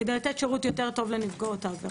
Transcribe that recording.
כדי לתת שירות יותר טוב לנפגעות העבירה.